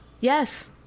Yes